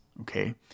okay